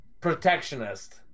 Protectionist